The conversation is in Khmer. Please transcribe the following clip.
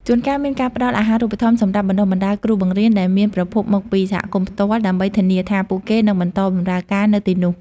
ជួនកាលមានការផ្តល់អាហារូបករណ៍សម្រាប់បណ្តុះបណ្តាលគ្រូបង្រៀនដែលមានប្រភពមកពីសហគមន៍ផ្ទាល់ ដើម្បីធានាថាពួកគេនឹងបន្តបម្រើការនៅទីនោះ។